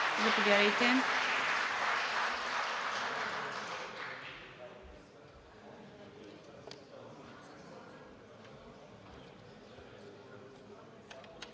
Благодаря